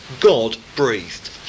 God-breathed